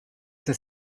das